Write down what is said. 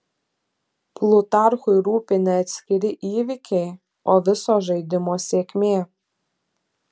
plutarchui rūpi ne atskiri įvykiai o viso žaidimo sėkmė